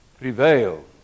prevail